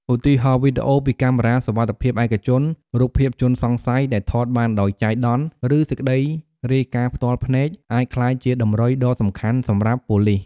ឧទាហរណ៍វីដេអូពីកាមេរ៉ាសុវត្ថិភាពឯកជន រូបភាពជនសង្ស័យ ដែលថតបានដោយចៃដន្យ ឬសេចក្តីរាយការណ៍ផ្ទាល់ភ្នែក អាចក្លាយជាតម្រុយដ៏សំខាន់សម្រាប់ប៉ូលិស។